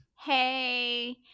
Hey